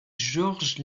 georges